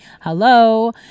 Hello